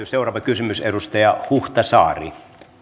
seuraava kysymys edustaja huhtasaari